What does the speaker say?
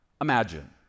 imagine